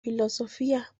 filosofía